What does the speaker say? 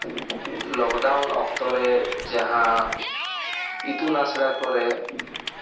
lockdown ᱚᱠᱛᱚ ᱨᱮ ᱡᱟᱦᱟᱸ ᱤᱛᱩᱱ ᱟᱥᱲᱟ ᱠᱚᱨᱮ